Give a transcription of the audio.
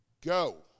go